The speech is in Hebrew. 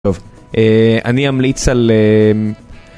טוב, אני אמליץ על...